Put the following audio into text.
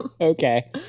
Okay